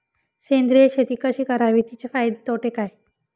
सेंद्रिय शेती कशी करावी? तिचे फायदे तोटे काय?